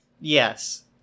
Yes